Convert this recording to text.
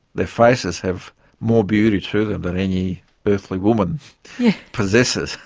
their faces have more beauty to them than any earthly woman possesses.